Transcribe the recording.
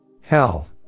Hell